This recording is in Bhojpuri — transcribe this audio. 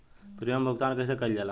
प्रीमियम भुगतान कइसे कइल जाला?